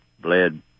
bled